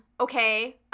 okay